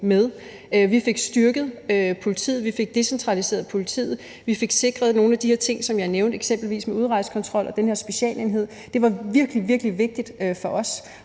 Vi fik styrket politiet, vi fik decentraliseret politiet, vi fik sikret nogle af de her ting, som jeg nævnte, eksempelvis med udrejsekontrol og den her specialenhed. Det var virkelig, virkelig vigtigt for os.